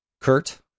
Kurt